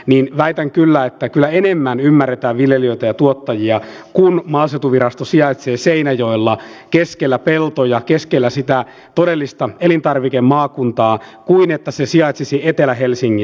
niin väitän kyllä että kyllä enemmän ymmärretään viljelijöitä ja tuottaja s kun maaseutuvirasto sijaitsee seinäjoella keskellä peltoja keskellä sitä todellista elintarvikemaakuntaa kuin että se sijaitsisi etelä helsingin